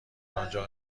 آنجا